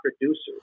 producers